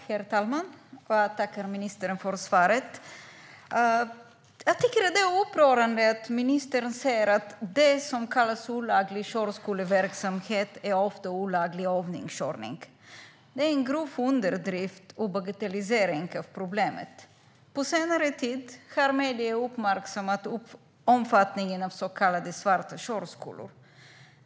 Herr talman! Jag tackar ministern för svaret. Jag tycker att det är upprörande att ministern säger att det som kallas för olaglig körskoleverksamhet ofta är olaglig övningskörning. Det är en grov underdrift och en bagatellisering av problemet. På senare tid har medierna uppmärksammat omfattningen av så kallade svarta körskolor.